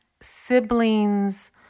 siblings